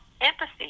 empathy